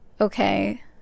okay